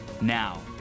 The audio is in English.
Now